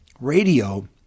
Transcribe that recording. Radio